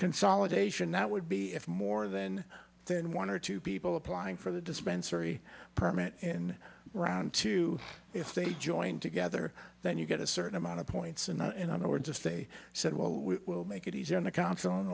consolidation that would be if more then then one or two people applying for the dispensary permit in round two if they join together then you get a certain amount of points and in other words if they said well we'll make it easy on the counseling